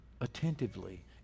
attentively